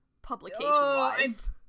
Publication-wise